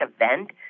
event